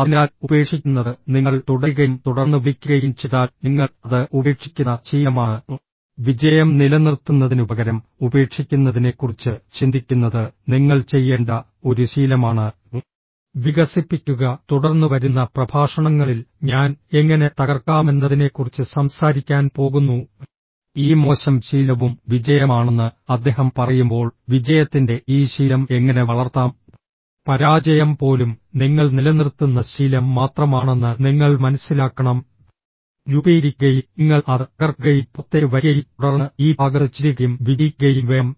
അതിനാൽ ഉപേക്ഷിക്കുന്നത് നിങ്ങൾ തുടരുകയും തുടർന്ന് വിളിക്കുകയും ചെയ്താൽ നിങ്ങൾ അത് ഉപേക്ഷിക്കുന്ന ശീലമാണ് വിജയം നിലനിർത്തുന്നതിനുപകരം ഉപേക്ഷിക്കുന്നതിനെക്കുറിച്ച് ചിന്തിക്കുന്നത് നിങ്ങൾ ചെയ്യേണ്ട ഒരു ശീലമാണ് വികസിപ്പിക്കുക തുടർന്ന് വരുന്ന പ്രഭാഷണങ്ങളിൽ ഞാൻ എങ്ങനെ തകർക്കാമെന്നതിനെക്കുറിച്ച് സംസാരിക്കാൻ പോകുന്നു ഈ മോശം ശീലവും വിജയമാണെന്ന് അദ്ദേഹം പറയുമ്പോൾ വിജയത്തിന്റെ ഈ ശീലം എങ്ങനെ വളർത്താം പരാജയം പോലും നിങ്ങൾ നിലനിർത്തുന്ന ശീലം മാത്രമാണെന്ന് നിങ്ങൾ മനസ്സിലാക്കണം രൂപീകരിക്കുകയും നിങ്ങൾ അത് തകർക്കുകയും പുറത്തേക്ക് വരികയും തുടർന്ന് ഈ ഭാഗത്ത് ചേരുകയും വിജയിക്കുകയും വേണം